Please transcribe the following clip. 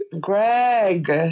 Greg